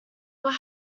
what